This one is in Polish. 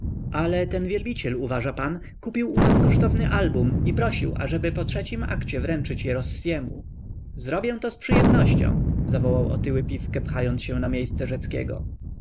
ale ten wielbiciel uważa pan kupił u nas kosztowne album i prosił ażeby po trzecim akcie wręczyć je rossiemu zrobię to z przyjemnością zawołał otyły pifke pchając się na miejsce